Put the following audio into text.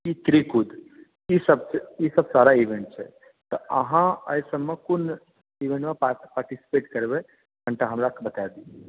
ईत्रिकूद ई सब ई सब सारा इवेन्ट छै तऽ अहाँ की सबमे कोन ईवेन्ट मे पार्टिसिपेट करबै कनीटा हमरा बता दी